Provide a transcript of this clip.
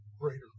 greater